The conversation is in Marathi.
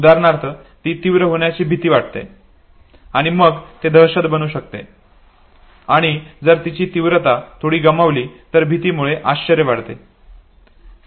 उदाहरणार्थ ती तीव्र होण्याची भीती वाटते आणि मग ते दहशत बनू शकते आणि जर तिची तीव्रता थोडी गमावली तर भीतीमुळे आश्चर्य वाढते